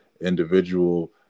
individual